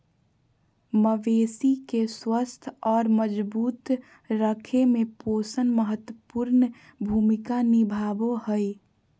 मवेशी के स्वस्थ और मजबूत रखय में पोषण महत्वपूर्ण भूमिका निभाबो हइ